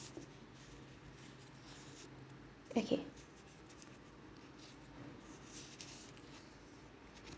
okay